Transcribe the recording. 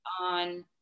on